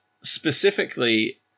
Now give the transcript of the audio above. specifically